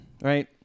Right